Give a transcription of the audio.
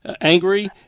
angry